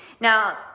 Now